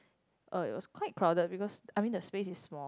uh it was quite crowded because I mean the place is small